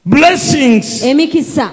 blessings